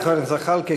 לחבר הכנסת זחאלקה.